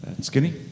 Skinny